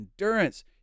endurance